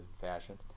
fashion